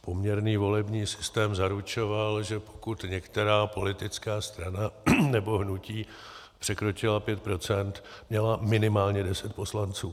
Poměrný volební systém zaručoval, že pokud některá politická strana nebo hnutí překročily pět procent, měly minimálně deset poslanců.